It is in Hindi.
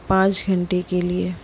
पाँच घंटे के लिए